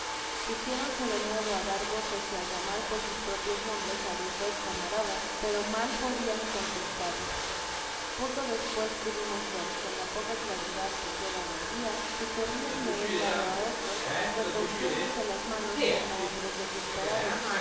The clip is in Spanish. devorados pusiéronse de nuevo á dar voces y á llamar por sus pro pios nombres á los dos camaradas pero mal podían contestarles poco despues pudimos ver con la poca claridad que quedaba del dia que corrian do un lado á otro retorciéndose las manos como hombres desesperados